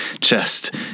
chest